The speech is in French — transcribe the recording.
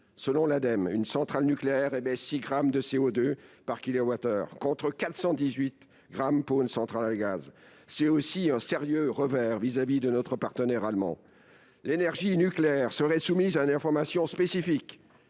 écologique), une centrale nucléaire émet 6 grammes de CO2 par kilowattheure, contre 418 grammes pour une centrale à gaz. C'est aussi un sérieux revers vis-à-vis de notre partenaire allemand. L'énergie nucléaire serait soumise à une information spécifique,